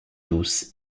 douce